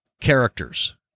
characters